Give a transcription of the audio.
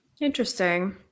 Interesting